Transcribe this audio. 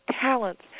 talents